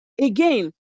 again